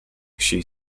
she